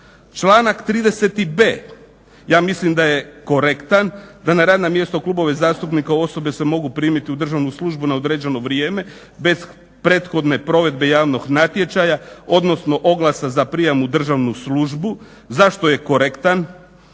Članak 30.b ja mislim da je korektan, da na radna mjesta u klubove zastupnika osobe se mogu primiti u državnu službu na određeno vrijeme bez prethodne provedbe javnog natječaja odnosno oglasa za prijam u državnu službu. Zašto je korektan,